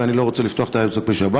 ואני לא רוצה לפתוח את העסק בשבת.